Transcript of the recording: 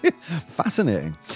Fascinating